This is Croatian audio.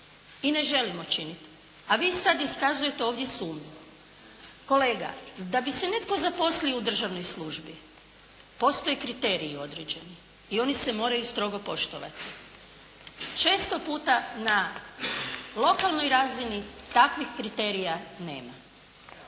i ne želimo činiti, a vi sad iskazujete ovdje sumnju. Kolega, da bi se netko zaposlio u državnoj službi postoje kriteriji određeni i oni se moraju strogo poštovati. Često puta na lokalnoj razini takvih kriterija nema.